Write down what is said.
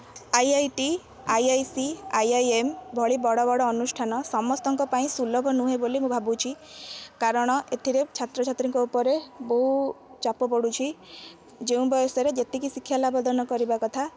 IIT IIC IIM ଭଳି ବଡ଼ ବଡ଼ ଅନୁଷ୍ଠାନ ସମସ୍ତଙ୍କ ପାଇଁ ସୁଲଭ ନୁହେଁ ବୋଲି ମୁଁ ଭାବୁଛି କାରଣ ଏଥିରେ ଛାତ୍ର ଛାତ୍ରୀଙ୍କ ଉପରେ ବହୁ ଚାପ ପଡ଼ୁଛି ଯେଉଁ ବୟସରେ ଯେତିକି ଶିକ୍ଷାଦାନ ଲାଭ କରିବା କଥା